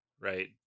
Right